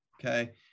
okay